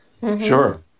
sure